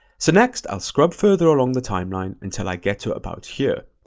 so next, i'll scrub further along the timeline until i get to about here.